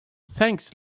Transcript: thanks